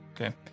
okay